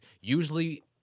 usually